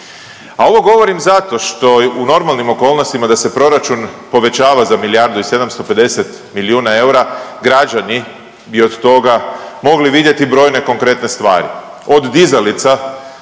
A ovo govorim zato što u normalnim okolnostima, da se proračun povećava za milijardu i 750 milijuna eura, građani bi od toga mogli vidjeti brojne konkretne stvari. Od dizalica